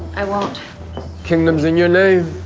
i want kingdoms in your name.